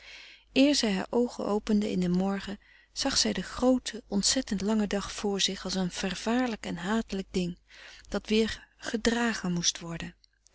zij haar oogen opende in den morgen zag zij den grooten ontzettend langen dag vr zich als een vervaarlijk en hatelijk ding dat weer gedragen moest worden